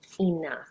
enough